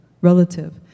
relative